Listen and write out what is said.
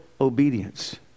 obedience